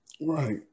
Right